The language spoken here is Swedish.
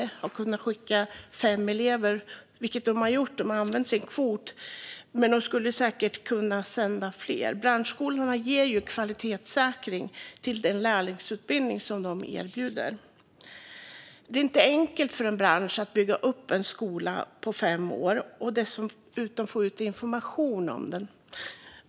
De har kunnat skicka fem elever, vilket de också har gjort. De har alltså använt sin kvot, men de skulle säkert kunna sända fler. Branschskolorna ger kvalitetssäkring till den lärlingsutbildning som de erbjuder. Det är inte enkelt för en bransch att bygga upp en skola på fem år och dessutom få ut information om den.